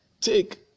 take